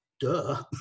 duh